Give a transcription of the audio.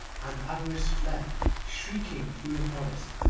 and avarice fled shrieking through the forest,